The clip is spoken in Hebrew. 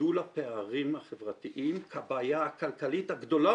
גידול הפערים החברתיים כבעיה הכלכלית הגדולה